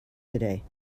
today